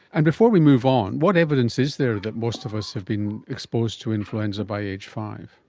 and before we move on, what evidence is there that most of us have been exposed to influenza by aged five?